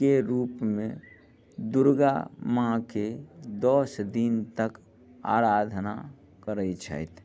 के रूपमे दुर्गा माँके दस दिन तक आराधना करै छथि